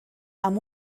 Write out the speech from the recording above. amb